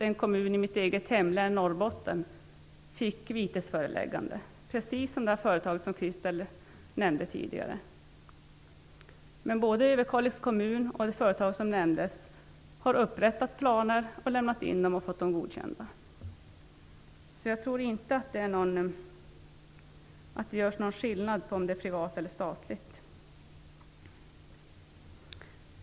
En kommun i mitt eget hemlän Norrbotten fick då vitesföreläggande, precis som det företag som Christel Anderberg nämnde tidigare. Både Överkalix kommun och det företag som nämndes har upprättat planer, lämnat in dem och fått dem godkända. Jag tror därför inte att det görs någon skillnad på om det är privat eller statligt.